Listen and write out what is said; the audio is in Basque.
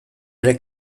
ere